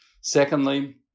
Secondly